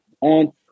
on